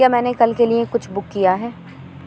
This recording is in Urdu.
کیا میں نے کل کے لیے کچھ بک کیا ہے